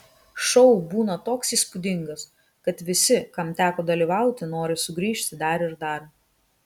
šou būna toks įspūdingas kad visi kam teko dalyvauti nori sugrįžti dar ir dar